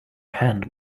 hand